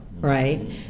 right